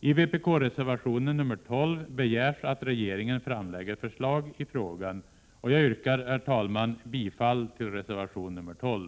I vpk — reservationen nr 12 begärs att regeringen framlägger förslag i frågan. Jag yrkar, herr talman, bifall till reservation nr 12.